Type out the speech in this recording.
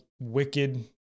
wicked